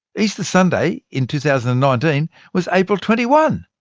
easter sunday in two thousand and nineteen was april twenty one.